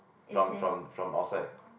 from from from outside